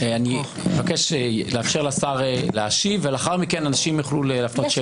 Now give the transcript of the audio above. אני אבקש לאפשר לשר להשיב ולאחר מכן אנשים יוכלו לשאול שאלות.